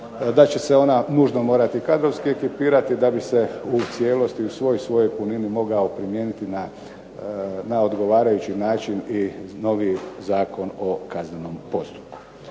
da će se ona nužno morati kadrovski ekipirati da bi se u cijelosti, u svoj svojoj punini mogao primijeniti na odgovarajući način i novi Zakon o kaznenom postupku.